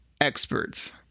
experts